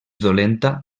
dolenta